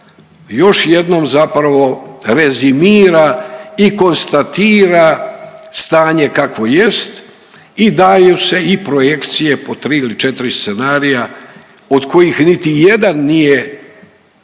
još jednom zapravo rezimira i konstatira stanje kakvo jest i daju se i projekcije po 3 ili 4 scenarija od kojih niti jedan nije scenarij